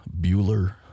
Bueller